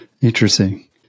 Interesting